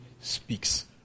speaks